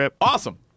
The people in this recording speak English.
Awesome